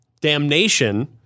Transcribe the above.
Damnation